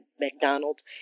McDonald's